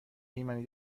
ایمنی